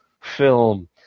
film